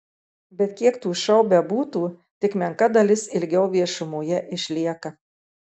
bet kiek tų šou bebūtų tik menka dalis ilgiau viešumoje išlieka